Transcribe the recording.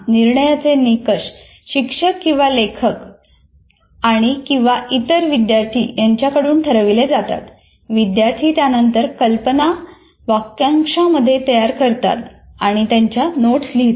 निर्णयाचे निकष शिक्षक किंवा लेखक आणि किंवा इतर विद्यार्थी यांच्याकडून ठरवले जातात विद्यार्थी त्यानंतर कल्पना वाक्यांशामध्ये तयार करतात आणि त्यांच्या नोट्स लिहितात